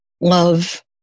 love